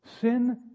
Sin